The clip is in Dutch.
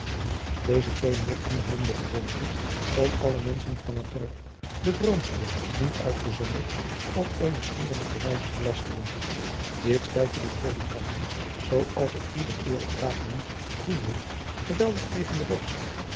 deze twee nichten hadden de gewoonte om alle menschen van het dorp de vroomste niet uitgezonderd op eene schandelijke wijze te lasteren dit stuitte dien predikant zoo als het ieder eerlijk braaf mensch doen moet geweldig tegen de borst